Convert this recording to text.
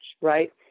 Right